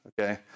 okay